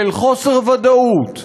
של חוסר ודאות,